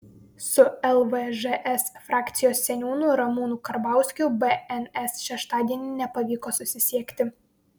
su lvžs frakcijos seniūnu ramūnu karbauskiu bns šeštadienį nepavyko susisiekti